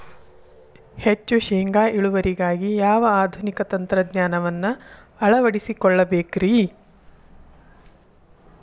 ಹೆಚ್ಚು ಶೇಂಗಾ ಇಳುವರಿಗಾಗಿ ಯಾವ ಆಧುನಿಕ ತಂತ್ರಜ್ಞಾನವನ್ನ ಅಳವಡಿಸಿಕೊಳ್ಳಬೇಕರೇ?